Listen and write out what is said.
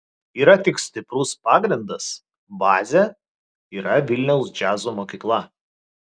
yra tik stiprus pagrindas bazė yra vilniaus džiazo mokykla